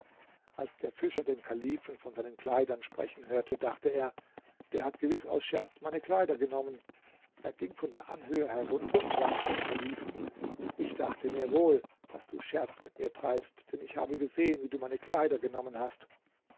als der fischer den kalifen von seinen kleidern sprechen hörte dachte er der hat gewiß aus scherz meine kleider genommen er ging von der anhöhe herunter und sagte dem kalifen ich dachte mir wohl daß du scherz mit mir treibst denn ich habe gesehen wie du meine kleider genommen hast